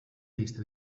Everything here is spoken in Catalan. llista